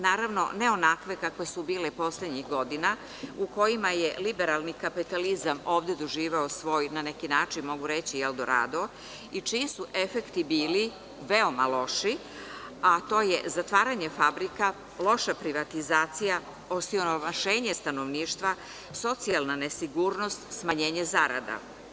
Naravno, ne onakve kakve su bile poslednjih godina, u kojima je liberalni kapitalizam ovde doživeo, na neki način mogući reći eldorado i čiji su efekti bili veoma loši, a to je zatvaranje fabrika, loša privatizacija, osiromašenje stanovništva, socijalna nesigurnost, smanjenje zarada.